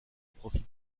profit